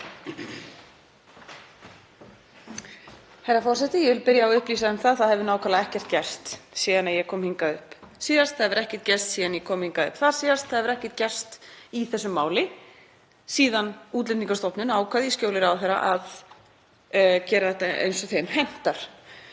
Herra forseti. Ég vil byrja á að upplýsa um að það hefur nákvæmlega ekkert gerst síðan ég kom hingað upp síðast, það hefur ekkert gerst síðan ég kom hér upp þarsíðast, það hefur ekkert gerst í þessu máli síðan Útlendingastofnun ákvað í skjóli ráðherra að gera þetta eins og þeim hentar.